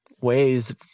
ways